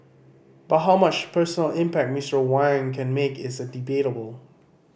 but how much personal impact Mister Wang can make is debatable